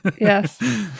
Yes